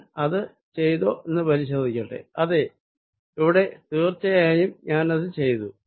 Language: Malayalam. ഞാൻ അത് ചെയ്തോ എന്ന് ഞാൻ പരിശോധിക്കട്ടെ അതെ ഇവിടെ തീർച്ചയായും ഞാനത് ചെയ്തു